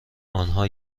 آنها